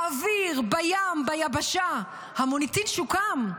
באוויר, בים, ביבשה, המוניטין שוקם,